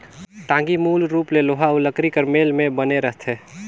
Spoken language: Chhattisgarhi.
टागी मूल रूप ले लोहा अउ लकरी कर मेल मे बने रहथे